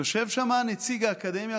יושב שם נציג האקדמיה,